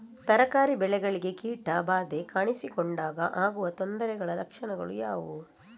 ತರಕಾರಿ ಬೆಳೆಗಳಿಗೆ ಕೀಟ ಬಾಧೆ ಕಾಣಿಸಿಕೊಂಡಾಗ ಆಗುವ ತೊಂದರೆಗಳ ಲಕ್ಷಣಗಳು ಯಾವುವು?